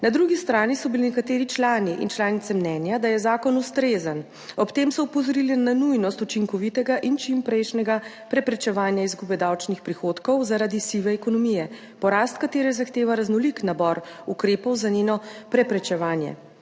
Na drugi strani so bili nekateri člani in članice mnenja, da je zakon ustrezen. Ob tem so opozorili na nujnost učinkovitega in čimprejšnjega preprečevanja izgube davčnih prihodkov zaradi sive ekonomije, porast katere zahteva raznolik nabor ukrepov za njeno preprečevanje.